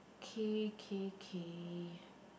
K K K